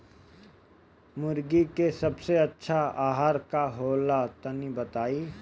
मुर्गी के सबसे अच्छा आहार का होला तनी बताई?